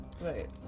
Right